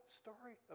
story